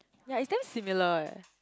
yea it's damn similar eh